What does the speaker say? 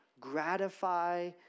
gratify